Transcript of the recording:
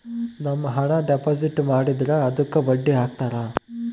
ನಮ್ ಹಣ ಡೆಪಾಸಿಟ್ ಮಾಡಿದ್ರ ಅದುಕ್ಕ ಬಡ್ಡಿ ಹಕ್ತರ